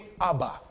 Abba